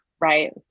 right